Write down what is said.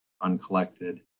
Uncollected